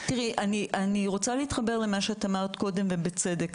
תראי, אני רוצה להתחבר למה שאמרת קודם ובצדק.